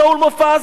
שאול מופז.